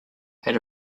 had